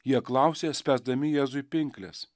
jie klausė spęsdami jėzui pinkles